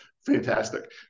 fantastic